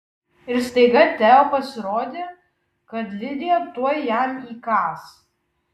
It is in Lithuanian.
ir staiga teo pasirodė kad lidija tuoj jam įkąs